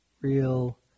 real